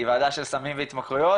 היא ועדה של סמים והתמכרויות,